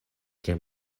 tre